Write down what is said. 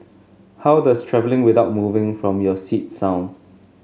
how does travelling without moving from your seat sound